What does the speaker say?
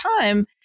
time